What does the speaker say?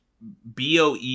BoE